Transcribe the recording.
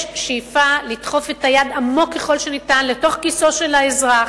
יש שאיפה לדחוף את היד עמוק ככל שניתן לתוך כיסו של האזרח.